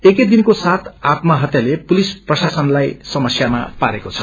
एकै दिनको सात आत्महतयाले पुलिस प्रशासनलाई समस्यामा पारेको छ